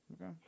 Okay